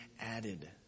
added